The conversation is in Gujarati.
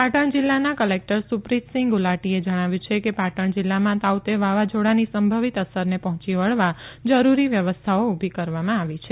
પાટણ જીલ્લા કલેકટર સુપ્રીત સીંઘ ગુલાટીએ જણાવ્યું છે કે પાટણ જીલ્લામાં તાઉતે વાવાઝોડાની સંભવિત અસરને પહોંચી વળવા જરૂરી વ્યવસ્થાઓ ઉલ્લી કરવામાં આવી છે